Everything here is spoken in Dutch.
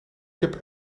heb